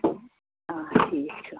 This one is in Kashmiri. آ ٹھیٖک چھُ